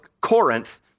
Corinth